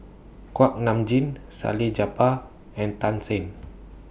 Kuak Nam Jin Salleh Japar and Tan Shen